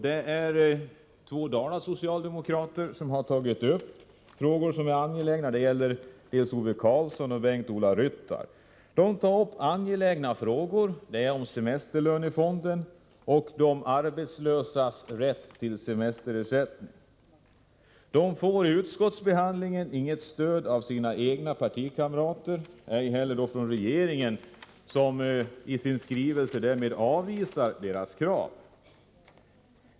Det är två socialdemokrater från Dalarna, Ove Karlsson och Bengt-Ola Ryttar, som har tagit upp angelägna frågor om semesterlönefond och om de arbetslösas rätt till semesterersättning. Motionärerna har vid utskottsbehandlingen inte fått något stöd från sina partikamrater, ej heller från regeringen, som i sin skrivelse avvisar dessa krav.